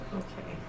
okay